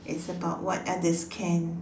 it's about what others can